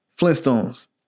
Flintstones